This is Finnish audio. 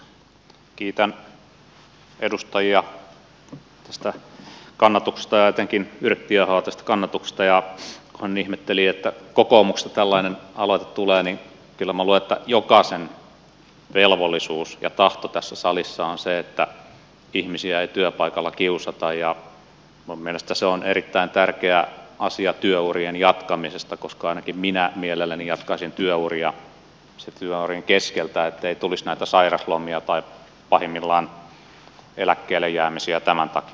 kiitän edustajia tästä kannatuksesta ja etenkin yrttiahoa tästä kannatuksesta ja kun hän ihmetteli että kokoomuksesta tällainen aloite tulee niin kyllä minä luulen että jokaisen velvollisuus ja tahto tässä salissa on se että ihmisiä ei työpaikalla kiusata ja minun mielestäni se on erittäin tärkeä asia työurien jatkamisessa koska ainakin minä mielelläni jatkaisin työuria sieltä työurien keskeltä ettei tulisi näitä sairaslomia tai pahimmillaan eläkkeellejäämisiä tämän takia